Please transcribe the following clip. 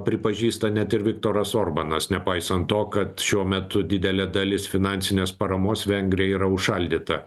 pripažįsta net ir viktoras orbanas nepaisant to kad šiuo metu didelė dalis finansinės paramos vengrijai yra užšaldyta